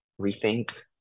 rethink